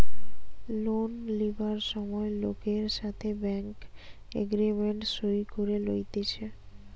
loan লিবার সময় লোকের সাথে ব্যাঙ্ক এগ্রিমেন্ট সই করে লইতেছে